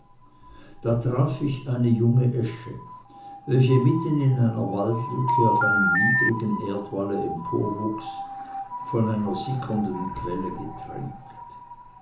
da traf ich auf eine junge esche welche mitten in einer waldlücke auf einem niedrigen erdwalle emporwuchs von einer sichernden quelle getränkt